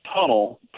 tunnel